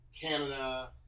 Canada